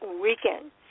weekend